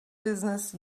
business